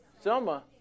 Selma